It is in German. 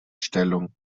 stellung